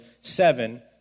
seven